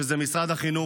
שזה משרד החינוך.